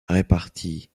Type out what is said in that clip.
répartit